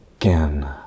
again